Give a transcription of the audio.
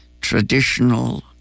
traditional